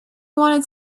want